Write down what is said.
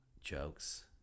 jokes